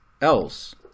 else